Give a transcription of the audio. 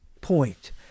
point